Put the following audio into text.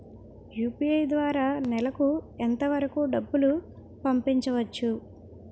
UPI ద్వారా నెలకు ఎంత వరకూ డబ్బులు పంపించవచ్చు?